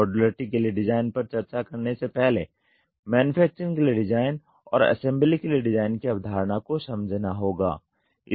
modularity के लिए design पर चर्चा करने से पहले मैन्युफैक्चरिंग के लिए डिज़ाइन और असेंबली के लिए डिज़ाइन की अवधारणा को समझना होगा